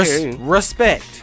Respect